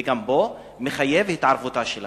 גם פה, מחייב התערבות של המדינה.